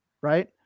right